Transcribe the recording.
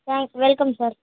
thanks welcome sir